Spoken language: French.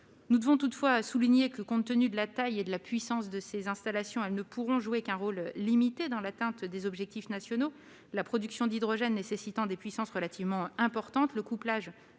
souligne aussi que, compte tenu de la taille et de la puissance de ces installations, elles ne pourront jouer qu'un rôle limité dans l'atteinte des objectifs nationaux. La production d'hydrogène nécessitant des puissances relativement importantes, le couplage